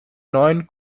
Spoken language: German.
neuen